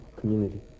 community